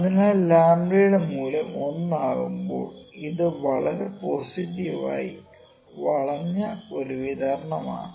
അതിനാൽ ലാംഡയുടെ𝝀 മൂല്യം 1 ആകുമ്പോൾ ഇത് വളരെ പോസിറ്റീവായി വളഞ്ഞ ഒരു വിതരണമാണ്